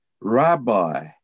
rabbi